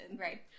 right